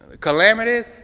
calamities